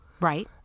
Right